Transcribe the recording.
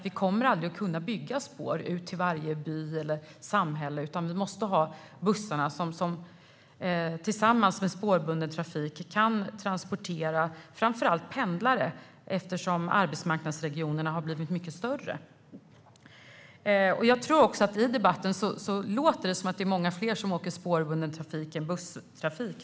Vi kommer aldrig att kunna bygga spår till varje by eller samhälle, utan vi måste ha bussarna, som tillsammans med spårbunden trafik kan transportera framför allt pendlare - arbetsmarknadsregionerna har blivit mycket större. I debatten låter det som att det är många fler som åker med spårbunden trafik än med busstrafik.